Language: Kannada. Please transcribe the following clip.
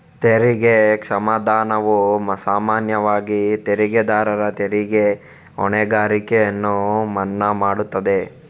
ತೆರಿಗೆ ಕ್ಷಮಾದಾನವು ಸಾಮಾನ್ಯವಾಗಿ ತೆರಿಗೆದಾರರ ತೆರಿಗೆ ಹೊಣೆಗಾರಿಕೆಯನ್ನು ಮನ್ನಾ ಮಾಡುತ್ತದೆ